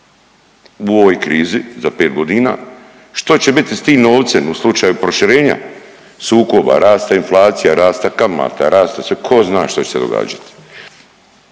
U ovoj krizi za 5 godina, što će biti s tim novcem u slučaju proširenja sukoba, rasta inflacija, rasta kamata, rasta, tko zna što će se događati.